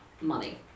money